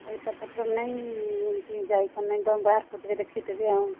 ପଇସାପତ୍ର ନାଇଁ ଏମିତି ଯାଇ ପାରୁନାଇଁ ଏକଦମ୍ ବାହାରକୁ ଟିକିଏ ଦେଖେଇ ଦେବି ଆଉ